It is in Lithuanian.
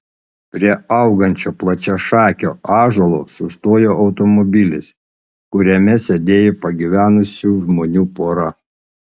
prie augančio plačiašakio ąžuolo sustojo automobilis kuriame sėdėjo pagyvenusių žmonių pora